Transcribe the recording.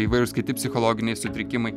įvairūs kiti psichologiniai sutrikimai